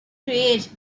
create